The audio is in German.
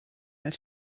als